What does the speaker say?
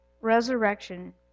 resurrection